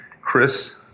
Chris